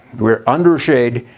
we're under shade.